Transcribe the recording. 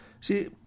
See